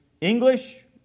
English